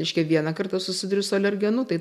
reiškia vieną kartą susiduriu su alergenu tai